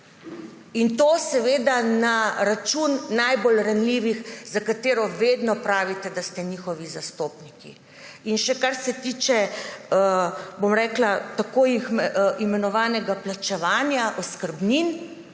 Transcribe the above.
In to seveda na račun najbolj ranljivih, za katere vedno pravite, da ste njihovi zastopniki. Še kar se tiče tako imenovanega plačevanja oskrbnin,